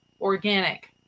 organic